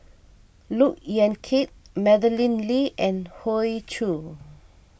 Look Yan Kit Madeleine Lee and Hoey Choo